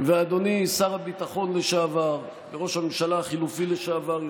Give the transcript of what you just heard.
ואדוני שר הביטחון לשעבר וראש הממשלה החלופי לשעבר,